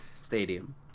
stadium